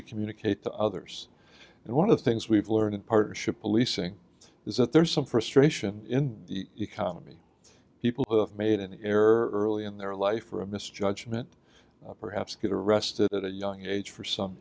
to communicate to others and one of the things we've learned in partnership policing is that there is some frustration in the economy people who have made an error early in their life or a misjudgment perhaps get arrested at a young age for some